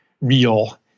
real